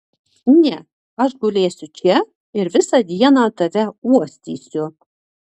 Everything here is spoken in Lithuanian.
ne aš gulėsiu čia ir visą dieną tave uostysiu